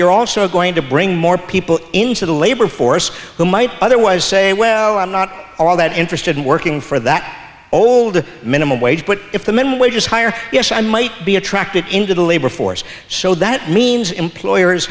you're also going to bring more people into the labor force who might otherwise say well i'm not all that interested in working for that old minimum wage but if the minimum wage is higher yes i might be attracted into the labor force so that means employers